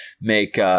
make